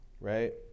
right